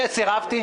אני סירבתי?